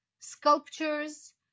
Sculptures